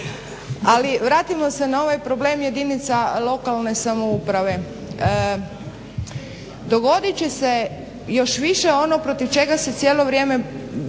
Ali, vratimo se na ovaj problem jedinica lokalne samouprave. Dogodit će se još više ono protiv čega se cijelo vrijeme,